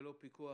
ללא פיקוח,